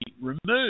removed